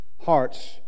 hearts